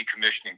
decommissioning